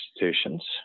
institutions